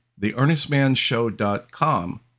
theearnestmanshow.com